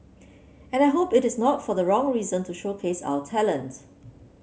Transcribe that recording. and I hope it is not for the wrong reason to showcase our talent